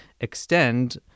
extend